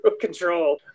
control